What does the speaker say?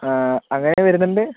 അങ്ങനെ വരുന്നുണ്ട്